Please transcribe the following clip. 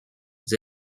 vous